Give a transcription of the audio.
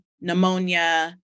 pneumonia